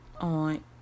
On